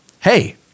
Hey